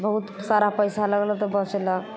बहुत सारा पैसा लगलक तऽ बचलक